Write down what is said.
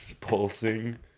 pulsing